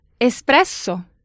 Espresso